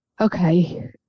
okay